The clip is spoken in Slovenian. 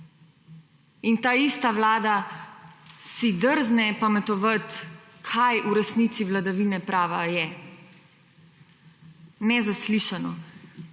In ta ista vlada si drzne pametovati kaj v resnici vladavina prava je, nezaslišano.